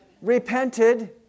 repented